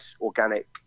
organic